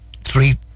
three